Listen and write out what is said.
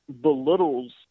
belittles –